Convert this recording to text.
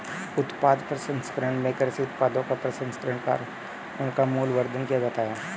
उत्पाद प्रसंस्करण में कृषि उत्पादों का प्रसंस्करण कर उनका मूल्यवर्धन किया जाता है